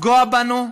לפגוע בנו,